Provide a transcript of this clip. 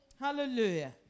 hallelujah